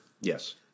Yes